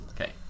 Okay